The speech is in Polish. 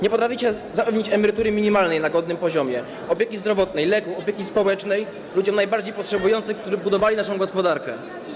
Nie potraficie zapewnić emerytury minimalnej na godnym poziomie, opieki zdrowotnej, leków, opieki społecznej ludziom najbardziej potrzebującym, którzy budowali naszą gospodarkę.